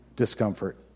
discomfort